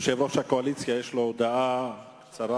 הודעה קצרה